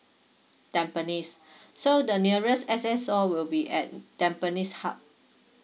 tampines so the nearest S_S_O will be at tampines hub